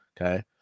okay